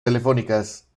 telefónicas